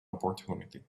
opportunity